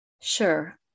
Sure